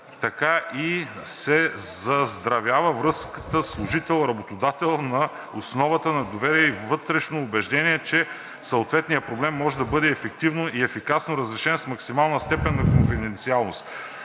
така и се заздравява връзката служител – работодател на основата на доверие и вътрешно убеждение, че съответният проблем може да бъде ефективно и ефикасно разрешен с максимална степен на конфиденциалност.